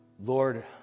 Lord